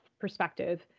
perspective